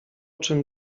czym